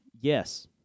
Yes